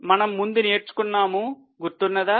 మనము ముందు నేర్చుకున్నాము గుర్తు ఉన్నదా